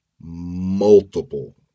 multiple